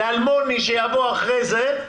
לאלמוני שיבוא אחרי זה,